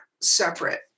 separate